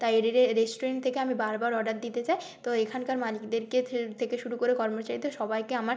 তাই রে রে রেস্টুরেন্ট থেকে আমি বারবার অর্ডার দিতে চাই তো এখানকার মালিকদেরকে থে থেকে শুরু করে কর্মচারীদের সবাইকে আমার